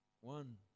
One